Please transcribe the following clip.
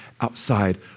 outside